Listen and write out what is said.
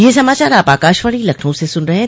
ब्रे क यह समाचार आप आकाशवाणी लखनऊ से सुन रहे हैं